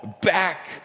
back